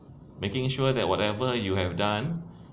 making sure that whatever you have done